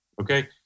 okay